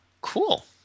Cool